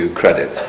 credit